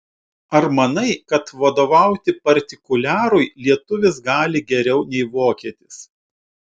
ar manai kad vadovauti partikuliarui lietuvis gali geriau nei vokietis